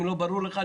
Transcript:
אם לא ברור לך,